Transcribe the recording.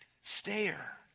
stare